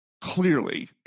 clearly